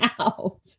out